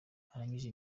arangije